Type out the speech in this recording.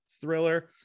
thriller